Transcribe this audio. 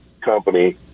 company